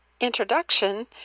introduction